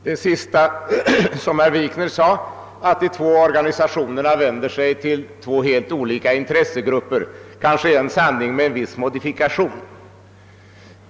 Herr talman! Herr Wikners senaste ord — att de två organisationerna vänder sig till två helt olika intressegrupper — är kanske en sanning med viss modifikation.